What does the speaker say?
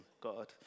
God